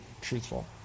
truthful